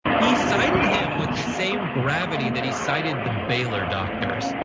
he cited him with the same gravity that he cited the baylor doctors.